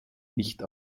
nicht